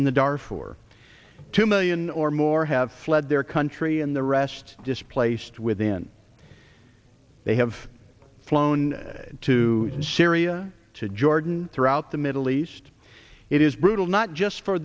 in the darfur two million or more have fled their country and the rest displaced within they have flown to syria to jordan throughout the middle east it is brutal not just for